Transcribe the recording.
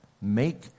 Make